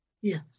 Yes